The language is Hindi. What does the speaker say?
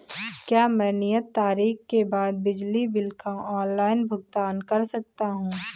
क्या मैं नियत तारीख के बाद बिजली बिल का ऑनलाइन भुगतान कर सकता हूं?